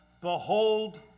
Behold